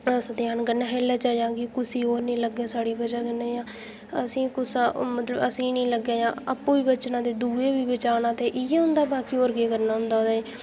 इस ध्यान कन्नै खेलना चाहिदा कि कुसै होर गी नीं लग्गै साढ़ी बजहै कन्नै जां असें गी नीं लग्गै आपूं बी बचना ते दुए गी बी बचाना ते इ'यै होंदा बाकी केह् करना होंदा ते